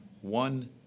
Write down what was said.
one